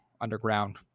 underground